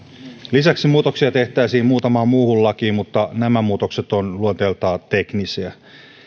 lisäksi muutoksia tehtäisiin muutamaan muuhun lakiin mutta nämä muutokset ovat luonteeltaan teknisiä